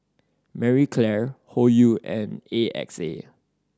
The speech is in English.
Marie Claire Hoyu and A X A